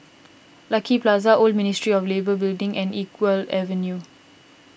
Lucky Plaza Old Ministry of Labour Building and Iqbal Avenue